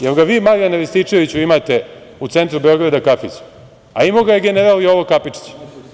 Jel ga vi Marijane Rističeviću imate u centru Beograda, kafić, a imao ga je general Jovo Kapičić?